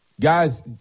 guys